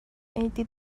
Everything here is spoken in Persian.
عیدی